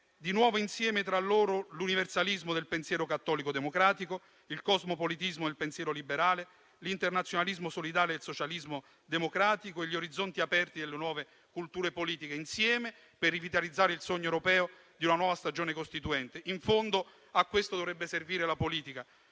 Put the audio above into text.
di nuovo insieme tra loro l'universalismo del pensiero cattolico democratico, il cosmopolitismo del pensiero liberale, l'internazionalismo solidale del socialismo democratico e gli orizzonti aperti delle nuove culture politiche, insieme per rivitalizzare il sogno europeo di una nuova stagione costituente. In fondo, a questo dovrebbe servire la politica.